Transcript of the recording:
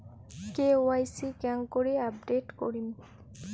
KYC কেঙ্গকরি update করিম?